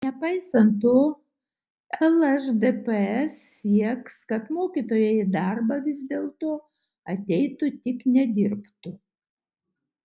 nepaisant to lšdps sieks kad mokytojai į darbą vis dėlto ateitų tik nedirbtų